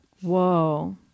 Whoa